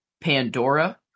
Pandora